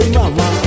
mama